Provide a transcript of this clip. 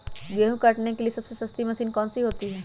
गेंहू काटने के लिए सबसे सस्ती मशीन कौन सी होती है?